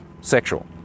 sexual